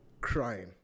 crying